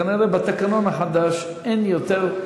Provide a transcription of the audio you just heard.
כנראה בתקנון החדש אין יותר.